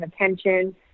attention